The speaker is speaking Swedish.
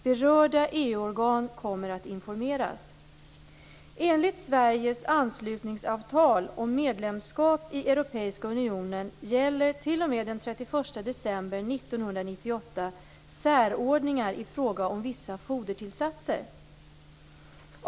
Berörda EU-organ kommer att informeras.